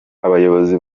abayobozi